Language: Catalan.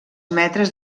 metres